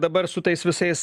dabar su tais visais